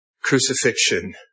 crucifixion